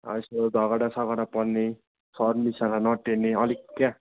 अब यस्तो झगडासगडा पर्ने सरमिसहरूलाई नटेर्ने अलिक क्या